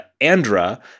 Andra